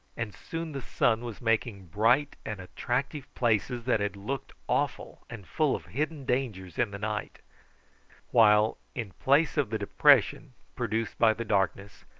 and soon the sun was making bright and attractive places that had looked awful and full of hidden dangers in the night while, in place of the depression produced by the darkness,